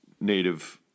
native